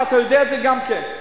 ואתה יודע את זה גם כן,